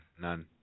None